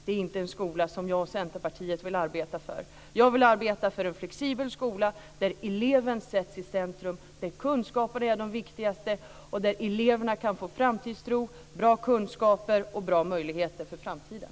Det är inte en skola som jag och Centerpartiet vill arbeta för. Jag vill arbeta för en flexibel skola där eleven sätts i centrum, där kunskaperna är det viktigaste, och där eleverna kan få framtidstro, bra kunskaper och bra möjligheter för framtiden.